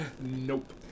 nope